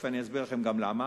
תיכף אני אסביר לכם גם למה.